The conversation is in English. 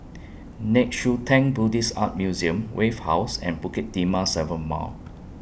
Nei Xue Tang Buddhist Art Museum Wave House and Bukit Timah seven Mile